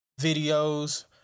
videos